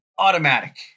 automatic